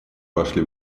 вошли